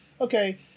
okay